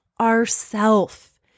ourself